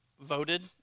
voted